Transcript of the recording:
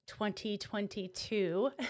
2022